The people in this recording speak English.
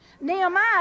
Nehemiah